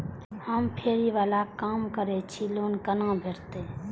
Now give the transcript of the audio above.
हम फैरी बाला काम करै छी लोन कैना भेटते?